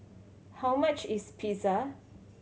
how much is Pizza